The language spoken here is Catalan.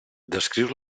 descriu